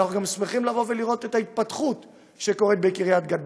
אנחנו גם שמחים לראות את ההתפתחות בקריית גת,